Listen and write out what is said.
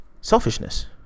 Selfishness